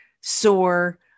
sore